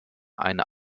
eine